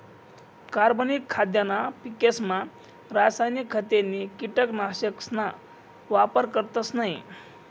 कार्बनिक खाद्यना पिकेसमा रासायनिक खते नी कीटकनाशकसना वापर करतस नयी